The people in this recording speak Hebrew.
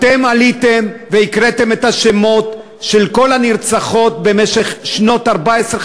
אתם עליתם והקראתם את השמות של כל הנרצחות בשנים 2014,